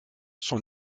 son